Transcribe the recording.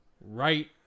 right